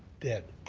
dead.